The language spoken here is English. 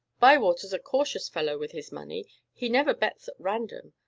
bywater's a cautious fellow with his money he never bets at random.